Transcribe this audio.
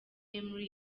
emery